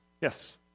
Yes